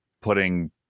putting